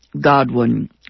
Godwin